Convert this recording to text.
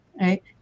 right